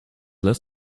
less